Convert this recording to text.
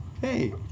hey